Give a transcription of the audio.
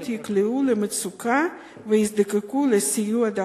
ייקלעו למצוקה ויזדקקו לסיוע דחוף.